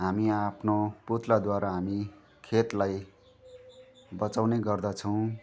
हामी आफ्नो पुतलाद्वारा हामी खेतलाई बचाउने गर्दछौँ